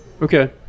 Okay